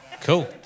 Cool